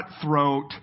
cutthroat